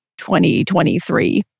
2023